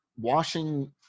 washing